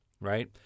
right